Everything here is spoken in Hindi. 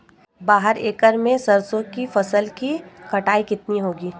बारह एकड़ में सरसों की फसल की कटाई कितनी होगी?